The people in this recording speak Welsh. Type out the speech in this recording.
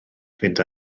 fynd